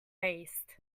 faced